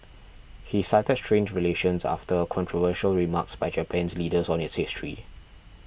he cited strained relations after controversial remarks by Japan's leaders on its history